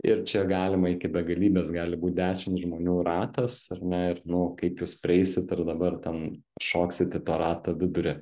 ir čia galima iki begalybės gali būt dešim žmonių ratas ar ne ir nu kaip jūs prieisit ir dabar ten šoksit į to rato vidurį